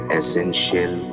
essential